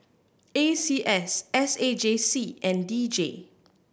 A C S S A J C and D J